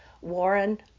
Warren